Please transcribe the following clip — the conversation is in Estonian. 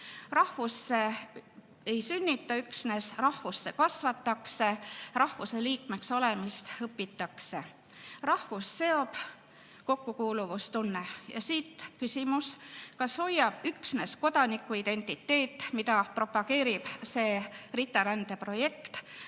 Rahvusse ei sünnita üksnes, rahvusse kasvatakse, rahvuse liikmeks olemist õpitakse, rahvust seob kokkukuuluvustunne. Ja siit küsimus, kas hoiab üksnes kodanikuidentiteet, mida propageerib see RITA-rände projekt,